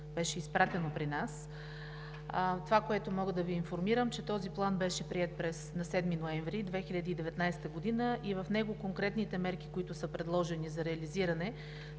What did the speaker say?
беше изпратено при нас, това, което мога да Ви информирам, е, че този план беше приет на 7 ноември 2019 г. и в него конкретните мерки, които са предложени за реализиране,